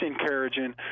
encouraging